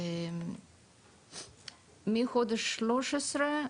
בארץ מחודש 13,